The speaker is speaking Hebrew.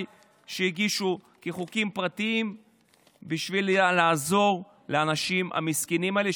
שהגישו חוקים פרטיים בשביל לעזור לאנשים המסכנים האלה,